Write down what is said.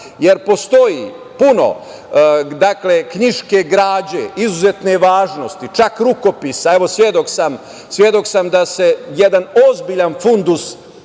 jer postoji puno knjiške građe izuzetne važnosti, čak rukopisa. Svedok sam da se jedan ozbiljan fundus